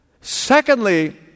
Secondly